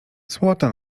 złota